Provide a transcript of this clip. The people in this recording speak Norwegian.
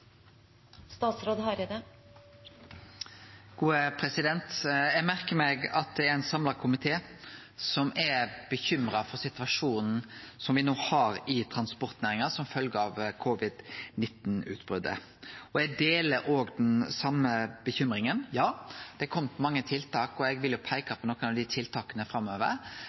Eg merkar meg at det er ein samla komité som er bekymra for situasjonen som me no har i transportnæringa som følgje av covid-19-utbrotet. Eg deler den same bekymringa. Det har kome mange tiltak, og eg vil peike på nokre av tiltaka framover,